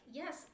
yes